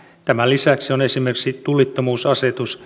tämän lisäksi on esimerkiksi tullittomuusasetus